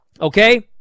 Okay